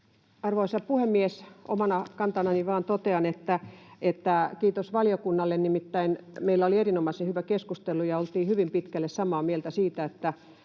Arvoisa puhemies! Omana kantanani vain totean, että kiitos valiokunnalle. Nimittäin meillä oli erinomaisen hyvä keskustelu ja oltiin hyvin pitkälle samaa mieltä siitä, että